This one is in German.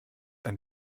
ein